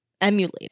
emulate